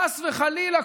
חס וחלילה,